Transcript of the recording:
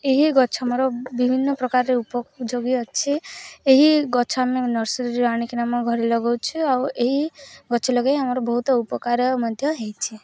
ଏହି ଗଛ ଆମର ବିଭିନ୍ନ ପ୍ରକାର ଉପଯୋଗୀ ଅଛି ଏହି ଗଛ ଆମେ ନର୍ସରୀରୁ ଆଣିକିନା ଆମ ଘରେ ଲଗଉଛୁ ଆଉ ଏହି ଗଛ ଲଗେଇ ଆମର ବହୁତ ଉପକାର ମଧ୍ୟ ହେଇଛି